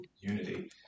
unity